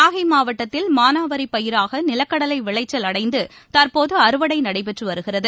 நாகைமாவட்டத்தில் மானாவாரிபயிராகநிலக்கடலைவிளைச்சல் அடைந்துதற்போதுஅறுவடைநடைபெற்றுவருகிறது